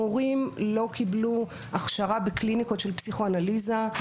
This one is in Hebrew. מורים לא קיבלו הכשרה בקליניקות של פסיכו אנליזה.